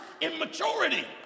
Immaturity